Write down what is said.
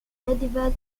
medieval